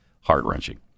heart-wrenching